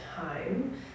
time